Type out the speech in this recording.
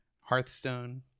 Hearthstone